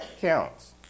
counts